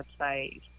website